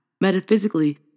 metaphysically